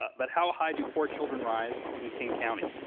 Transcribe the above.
but how high do poor children rise in king county?